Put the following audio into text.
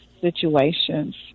situations